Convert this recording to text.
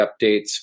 updates